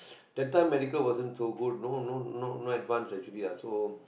that time medical wasn't so good no no no not advance actually ah so